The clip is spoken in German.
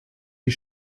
die